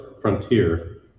frontier